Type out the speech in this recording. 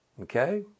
okay